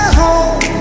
home